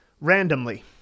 randomly